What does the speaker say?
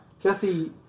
Jesse